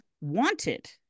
wanted